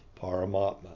Paramatma